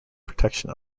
protection